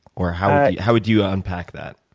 or how how would you unpack that?